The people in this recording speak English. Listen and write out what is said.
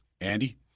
Andy